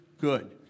good